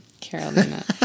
Carolina